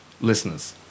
listeners